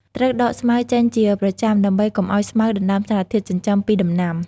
ត្រូវដកស្មៅចេញជាប្រចាំ ដើម្បីកុំឲ្យស្មៅដណ្តើមសារធាតុចិញ្ចឹមពីដំណាំ។